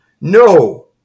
no